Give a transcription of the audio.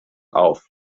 auf